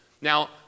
now